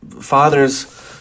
fathers